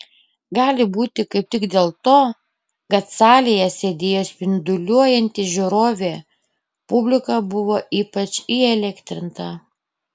gali būti kaip tik dėl to kad salėje sėdėjo spinduliuojanti žiūrovė publika buvo ypač įelektrinta